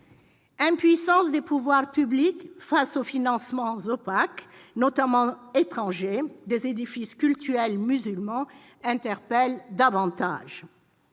L'impuissance des pouvoirs publics face aux financements opaques, notamment étrangers, des édifices cultuels musulmans interpelle davantage.